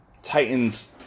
Titans